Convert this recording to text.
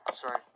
Sorry